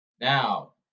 Now